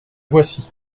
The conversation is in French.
voici